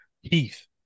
Heath